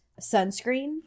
sunscreen